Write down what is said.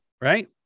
right